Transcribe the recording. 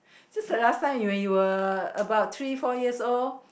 since the last time when you were about three four years old